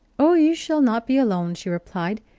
oh, you shall not be alone, she replied,